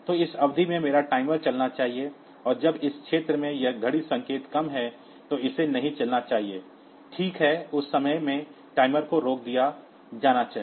तो इस अवधि में मेरा टाइमर चलना चाहिए और जब इस क्षेत्र में यह घड़ी संकेत कम है तो इसे नहीं चलाना चाहिए ठीक है उस समय में टाइमर को रोक दिया जाना चाहिए